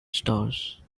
stars